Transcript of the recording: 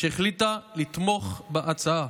שהחליטה לתמוך בהצעה.